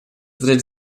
drets